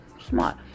smart